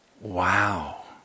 Wow